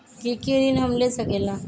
की की ऋण हम ले सकेला?